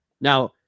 now